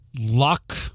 luck